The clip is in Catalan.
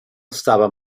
estava